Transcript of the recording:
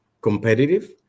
competitive